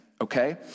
okay